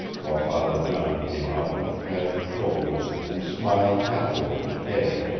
while father john came up and patted her shoulder, and smiled happily at mckay,